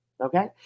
Okay